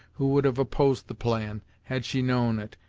who would have opposed the plan, had she known it,